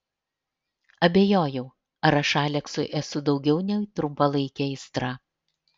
abejojau ar aš aleksui esu daugiau nei trumpalaikė aistra